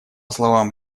словам